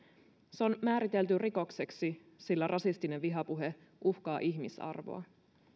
se on määritelty rikokseksi sillä rasistinen vihapuhe uhkaa ihmisarvoa